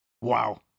Wow